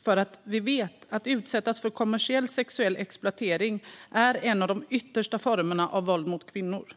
sida. Vi vet att detta att utsättas för kommersiell sexuell exploatering är en av de yttersta formerna av våld mot kvinnor.